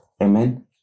amen